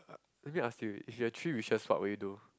let me ask you if you have three wishes what would you do